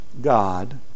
God